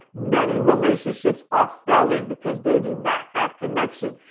many relationships are failing because they do not have connection.